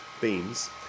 beans